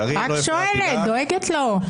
אני רק שואלת, דואגת לו.